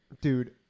dude